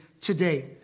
today